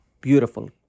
beautiful